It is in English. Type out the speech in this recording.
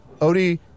Odie